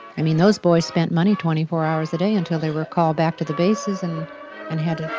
i mean, those boys spent money twenty four hours a day until they were called back to the bases and and had